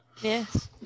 Yes